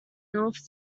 north